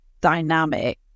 dynamic